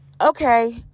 Okay